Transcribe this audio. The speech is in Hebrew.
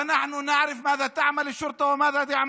ואנחנו הרי יודעים מה המשטרה עושה ומה הצבא